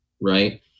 Right